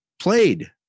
played